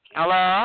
Hello